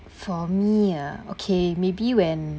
for me ah okay maybe when